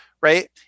right